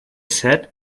said